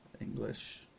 English